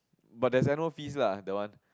but there's annual fees lah that one